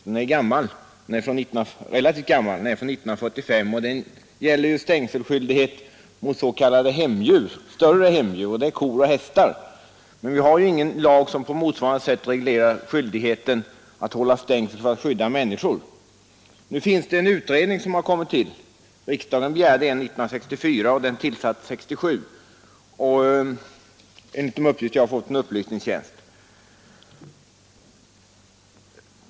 Den är relativt gammal — från 1945 — och enligt denna gäller stängselskyldighet för s.k. större hemdjur, dvs. kor och hästar. Vi har ingen lag som på motsvarande sätt reglerar skyldigheten att hålla stängsel för att skydda människor. År 1964 begärde riksdagen en utredning därom, och den tillsattes 1967 enligt de uppgifter jag fått från riksdagens upplysningstjänst.